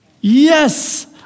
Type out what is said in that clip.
Yes